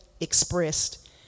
expressed